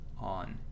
on